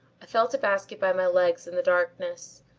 i felt a basket by my legs in the darkness.